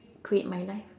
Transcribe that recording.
create my life